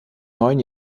neuen